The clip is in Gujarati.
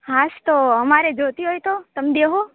હાસ્તો અમારે જોઈતી હોય તો તમે દેશો